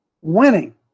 winning